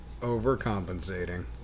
Overcompensating